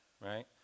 right